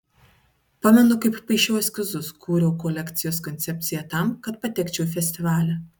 pamenu kaip paišiau eskizus kūriau kolekcijos koncepciją tam kad patekčiau į festivalį